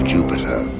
Jupiter